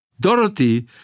Dorothy